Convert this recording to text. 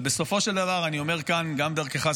אבל בסופו של דבר אני אומר כאן גם דרכך,